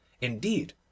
indeed